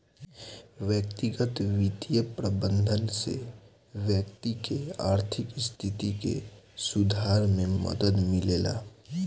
व्यक्तिगत बित्तीय प्रबंधन से व्यक्ति के आर्थिक स्थिति के सुधारे में मदद मिलेला